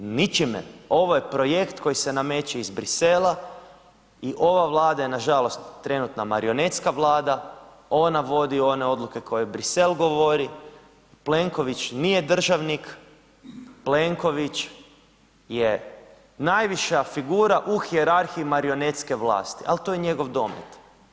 Ničime, ovo je projekt koji se nameće ih Bruxellesa i ova Vlada je nažalost trenutna marionetska vlada ona vodi one odluke koje Bruxelles govori, Plenković nije državnik, Plenković je najviša figura u hijerarhiji marionetske vlasti, ali to je njegov domet.